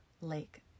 Lake